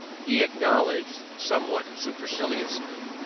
he acknowledged, somewhat superciliously,